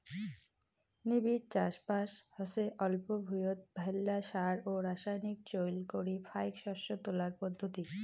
নিবিড় চাষবাস হসে অল্প ভুঁইয়ত ভাইল্লা সার ও রাসায়নিক চইল করি ফাইক শস্য তোলার পদ্ধতি